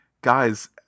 guys